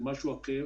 זה משהו אחר,